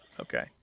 Okay